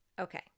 Okay